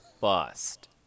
bust